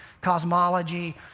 cosmology